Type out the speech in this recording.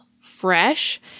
fresh